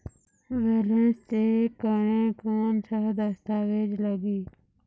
Balance check करें कोन सा दस्तावेज लगी?